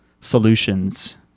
solutions